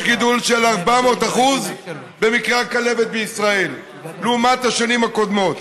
יש גידול של 400% במקרי הכלבת בישראל לעומת השנים הקודמות.